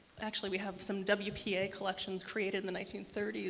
actually we have some wpa collections created in the nineteen thirty s.